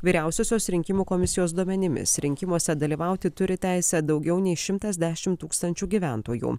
vyriausiosios rinkimų komisijos duomenimis rinkimuose dalyvauti turi teisę daugiau nei šimtas dešimt tūkstančių gyventojų